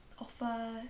offer